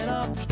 up